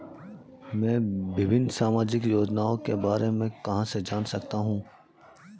मैं विभिन्न सामाजिक योजनाओं के बारे में कहां से जान सकता हूं?